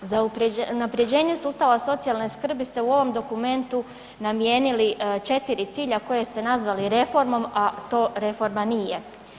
Za unaprjeđenje sustava socijalne skrbi ste u ovom dokumentu namijenili 4 cilja koje ste nazvali reformom, a to reforma nije.